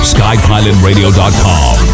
Skypilotradio.com